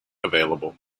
available